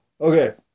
Okay